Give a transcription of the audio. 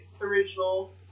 original